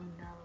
no